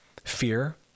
fear